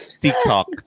TikTok